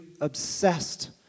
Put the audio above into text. obsessed